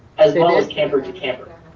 as well as camper to camper.